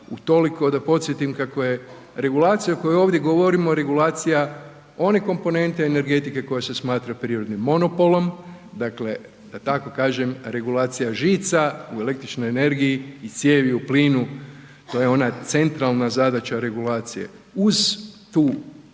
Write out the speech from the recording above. utoliko je da podsjetim kako je regulacija koja ovdje govorimo, regulacija one komponente energetike koja se smatram prirodnim monopolom, dakle da tako kažem, regulacija žica u električnoj energiji i cijevi u plinu, to je ona centralna zadaća regulacije. Uz tu zadaću,